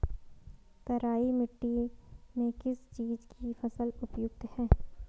तराई मिट्टी में किस चीज़ की फसल उपयुक्त है?